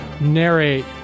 narrate